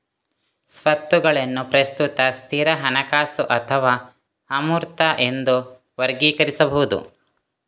ಸ್ವತ್ತುಗಳನ್ನು ಪ್ರಸ್ತುತ, ಸ್ಥಿರ, ಹಣಕಾಸು ಅಥವಾ ಅಮೂರ್ತ ಎಂದು ವರ್ಗೀಕರಿಸಬಹುದು